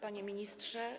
Panie Ministrze!